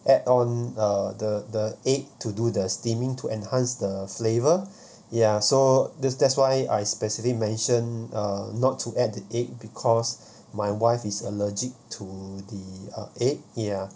add on uh the the egg to do the steaming to enhance the flavor ya so that's that's why I specifically mention uh not to add the egg because my wife is allergic to the uh egg ya